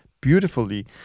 beautifully